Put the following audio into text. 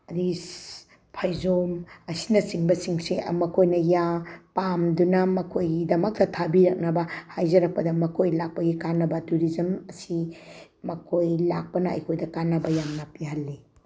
ꯑꯗꯒꯤ ꯐꯩꯖꯣꯝ ꯑꯁꯤꯅꯆꯤꯡꯕꯁꯤꯡꯁꯦ ꯃꯈꯣꯏꯅ ꯌꯥꯝ ꯄꯥꯝꯗꯨꯅ ꯃꯈꯣꯏꯒꯤꯗꯃꯛꯇ ꯊꯥꯕꯤꯔꯛꯅꯕ ꯍꯥꯏꯖꯔꯛꯄꯗ ꯃꯈꯣꯏ ꯂꯥꯛꯄꯒꯤ ꯀꯥꯟꯅꯕ ꯇꯨꯔꯤꯖꯝ ꯑꯁꯤ ꯃꯈꯣꯏ ꯂꯥꯛꯄꯅ ꯑꯩꯈꯣꯏꯗ ꯀꯥꯟꯅꯕ ꯌꯥꯝꯅ ꯄꯤꯍꯜꯂꯤ